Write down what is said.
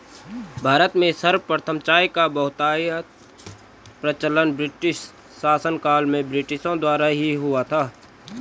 भारत में सर्वप्रथम चाय का बहुतायत प्रचलन ब्रिटिश शासनकाल में ब्रिटिशों द्वारा ही हुआ था